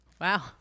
Wow